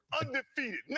Undefeated